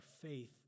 faith